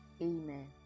Amen